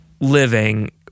living